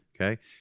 okay